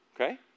Okay